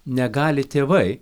negali tėvai